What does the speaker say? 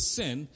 sin